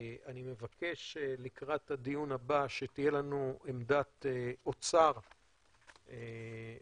אני מבקש לקראת הדיון הבא שתהיה לנו עמדת אוצר מעודכנת.